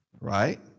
Right